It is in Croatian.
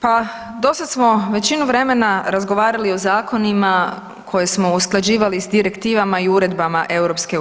Pa do sad smo većinu vremena razgovarali o zakonima koje smo usklađivali s direktivama i uredbama EU.